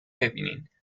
ببینینبازم